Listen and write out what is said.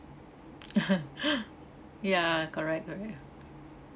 yeah correct correct